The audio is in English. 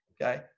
okay